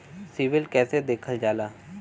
CIBIL कैसे देखल जाला?